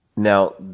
now,